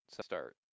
start